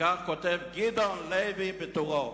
וכך כותב גדעון לוי בטורו,